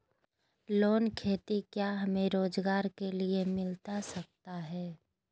Loan खेती क्या हमें रोजगार के लिए मिलता सकता है?